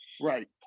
Right